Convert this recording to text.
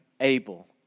Abel